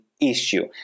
issue